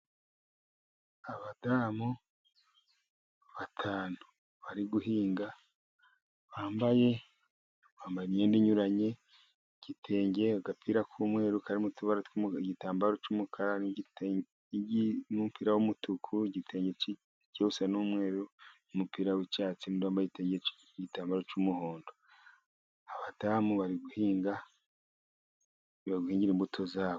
Abadamu batanu bari guhinga bambaye imyenda inyuranye: igitenge, agapira k' umweru karimo utubara tw' igitambaro cy' umukara, n' umupira w' umutuku, igitenge byose n' umweru, umupira w' icyatsi n' undi wambaye igitambaro cy' umuhondo. Abadamu bari guhinga, bariguhingira imbuto zabo.